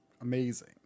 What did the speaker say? amazing